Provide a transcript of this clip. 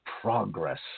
progress